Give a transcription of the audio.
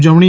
ઉજવણી